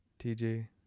TJ